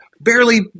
barely